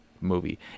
movie